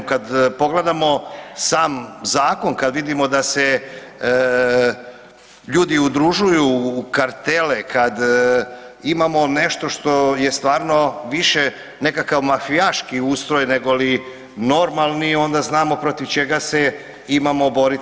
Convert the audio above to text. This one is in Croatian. Kada pogledamo sam zakon, kada vidimo da se ljudi udružuju u kartele, kada imamo nešto što je stvarno više nekakav mafijaški ustroj nego li normalni, onda znamo protiv čega se imamo boriti.